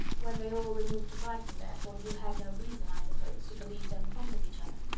when they all removed to brighton, therefore, you had no reason, i suppose, to believe them fond of each other?